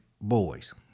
boys